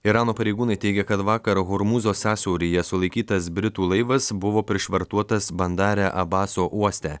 irano pareigūnai teigia kad vakar hormūzo sąsiauryje sulaikytas britų laivas buvo prišvartuotas bandare abaso uoste